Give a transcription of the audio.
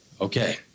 Okay